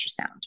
ultrasound